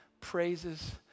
praises